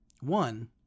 One